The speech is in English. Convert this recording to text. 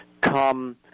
come